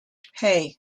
hey